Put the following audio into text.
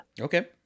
okay